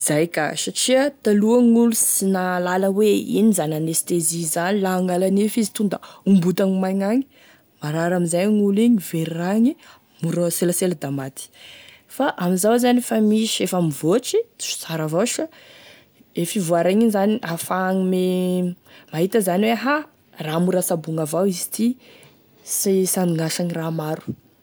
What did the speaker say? Zay ka satria taloha gn'olo sy nahalala hoe ino zany anesthésie zany, la hagnala nify izy tonda hombotany maigny agny, marary amin'izay olo igny very ragny, mora selasela da maty, fa amin'izao zany fa misy efa mivoatry sy sara avao sha de fivoaragny igny zany hahafahagny me mahita zany hoe ha raha mora saboigny avao izy ity sy sandignasagny raha maro.